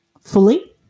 fully